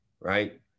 right